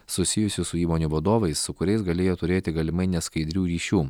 susijusių su įmonių vadovais su kuriais galėjo turėti galimai neskaidrių ryšių